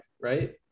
right